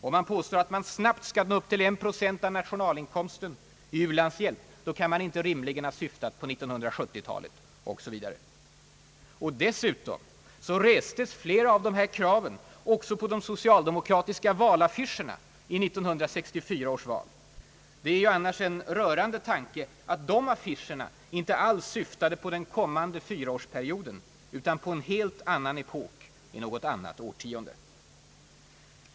Om man påstår att man snabbt skall nå upp till 1 procent av nationalinkomsten i u-landshjälp kan man inte rimligen ha syftat på 1970-talet, osv. Och dessutom så restes flera av de här kraven också på de socialdemokratiska valaffischerna i 1964 års val. Det är ju annars en rörande tanke att de affischerna inte alls syftade på den kommande fyraårsperioden utan på en helt annan epok i ett helt annat årtionde.